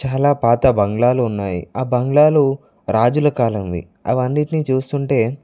చాలా పాత బంగ్లాలు ఉన్నాయి ఆ బంగ్లాలు రాజుల కాలంవి అవన్నిటిని చూస్తుంటే